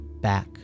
back